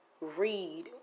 read